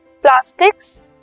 plastics